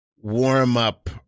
warm-up